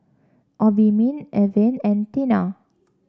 Obimin Avene and Tena